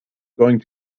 going